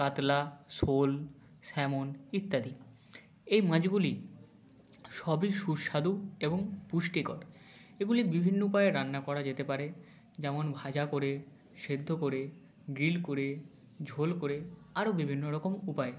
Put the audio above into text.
কাতলা শোল স্যামন ইত্যাদি এই মাছগুলি সবই সুস্বাদু এবং পুষ্টিকর এগুলি বিভিন্ন উপায়ে রান্না করা যেতে পারে যেমন ভাজা করে সেদ্ধ করে গ্রিল করে ঝোল করে আরো বিভিন্ন রকম উপায়ে